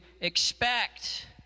expect